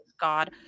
god